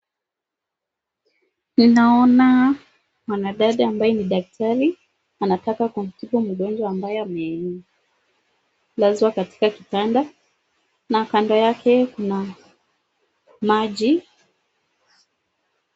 Ninaona mwanadada ambaye ni daktari anataka kumtibu mgonjwa ambaye amelazwa katika kitanda na kando yake kuna maji.